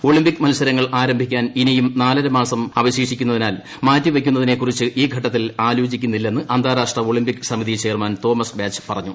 Olympic മത്സരങ്ങൾ ആരംഭിക്കാൻ ഇനിയും നാലരമാസം അവശേഷിക്കുന്നതിനാൽ മാറ്റിവയ്ക്കുന്നതിനെ കുറിച്ച് ഈ ഘട്ടത്തിൽ ആലോചിക്കുന്നില്ലെന്ന് അന്താരാഷ്ട്ര ഒളിമ്പിക് സമിതി ചെയർമാൻ തോമസ് ബാച്ച് പറഞ്ഞു